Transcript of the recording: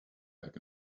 back